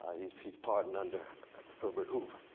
ah he's he's pardoned under herbert hoover.